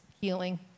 healing